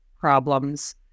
problems